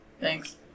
Thanks